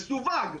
מסווג.